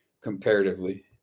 comparatively